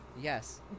Yes